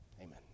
Amen